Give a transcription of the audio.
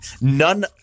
none